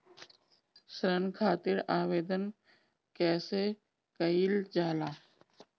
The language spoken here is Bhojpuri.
ऋण खातिर आवेदन कैसे कयील जाला?